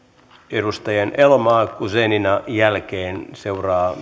edustajien elomaa ja guzenina jälkeen seuraa